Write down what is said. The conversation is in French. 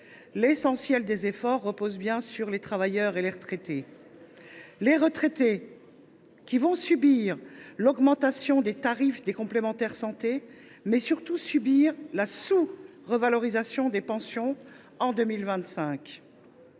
l’essentiel des efforts reposera bien sur les travailleurs et les retraités. Les retraités subiront ainsi l’augmentation des tarifs des complémentaires santé, mais surtout la sous revalorisation des pensions en 2025.